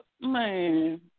man